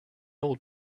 old